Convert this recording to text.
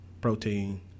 protein